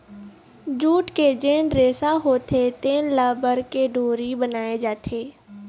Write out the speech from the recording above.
jute के जेन रेसा होथे तेन ल बर के डोरी बनाए जाथे